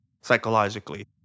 psychologically